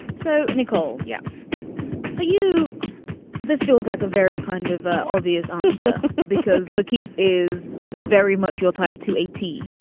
so nicole. yeah for you this feels like a very kind of obvious answer um so because like he is very much your type to eighty.